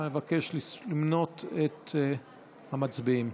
אבקש למנות את המצביעים.